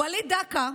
וליד דקה,